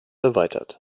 erweitert